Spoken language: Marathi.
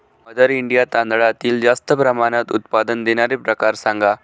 मदर इंडिया तांदळातील जास्त प्रमाणात उत्पादन देणारे प्रकार सांगा